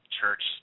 church